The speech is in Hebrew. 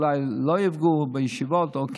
שאולי לא יפגעו בישיבות או כן,